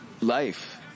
life